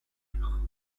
dire